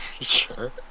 Sure